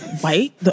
White